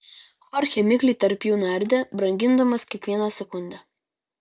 chorchė mikliai tarp jų nardė brangindamas kiekvieną sekundę